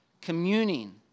communing